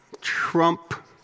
Trump